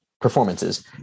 performances